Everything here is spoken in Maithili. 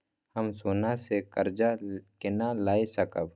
हम सोना से कर्जा केना लाय सकब?